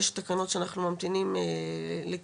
יש תקנות שאנחנו ממתינים לקידומן,